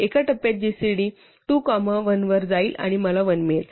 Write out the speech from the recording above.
एका टप्प्यात gcd 2 comma 1 वर जाईन आणि मला 1 मिळेल